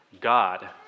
god